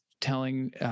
telling